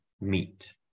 meet